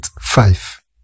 five